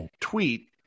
tweet